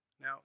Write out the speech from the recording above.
Now